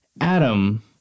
Adam